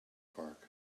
park